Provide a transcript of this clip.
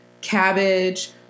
cabbage